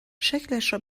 شکلشو